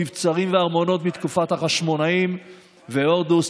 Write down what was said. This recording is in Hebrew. מבצרים וארמונות מתקופת החשמונאים והורדוס,